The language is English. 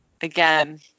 Again